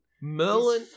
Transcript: Merlin